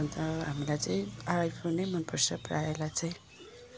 अन्त हामीलाई चाहिँ आइ फोन नै मन पर्छ प्रायः लाई चाहिँ